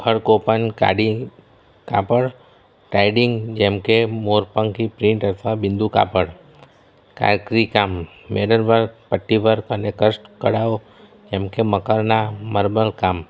ખળકોપાન કાદીન કાપડ ટ્રાયડિંગ જેમકે મોરપંખી પ્રિન્ટ અથવા બિંદુ કાપડ કારક્રી કામ મેદર વર્ક પટ્ટી વર્ક અને કાષ્ઠ કળાઓ જેમકે મકરના મારબલ કામ